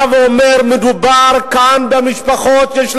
אני בא ואומר: מדובר כאן במשפחות שיש